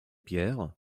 pierre